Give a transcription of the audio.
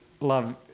love